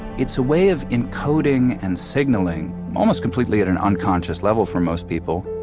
it's a way of encoding and signaling almost completely at an unconscious level for most people,